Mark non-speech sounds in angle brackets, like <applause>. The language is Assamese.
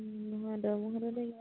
<unintelligible>